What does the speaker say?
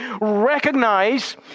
recognize